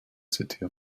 city